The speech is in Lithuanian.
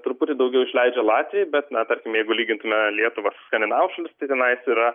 truputį daugiau išleidžia latviai bet na tarkim jeigu lygintume lietuvą skandinavų šalis tai tenais yra